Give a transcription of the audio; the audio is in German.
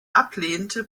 ablehnte